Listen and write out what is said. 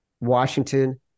Washington